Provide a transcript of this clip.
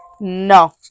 No